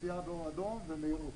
רמזור אדום ומהירות.